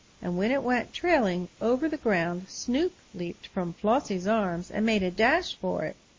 and when it went trailing over the ground snoop leaped from flossie's arms and made a dash for it.